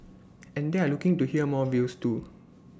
and they're looking to hear more views too